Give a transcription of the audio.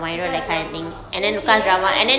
class drama okay I think